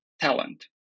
talent